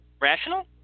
Rational